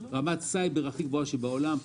רמת סייבר הכי גבוהה בעולם,